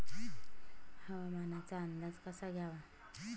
हवामानाचा अंदाज कसा घ्यावा?